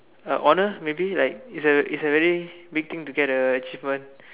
a honour maybe it's a it's a very big thing to get an achievement